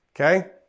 okay